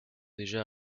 déjà